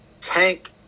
Tank